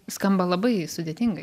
skamba labai sudėtingai